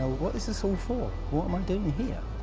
what is this all for? what am i doing here?